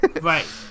Right